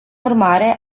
urmare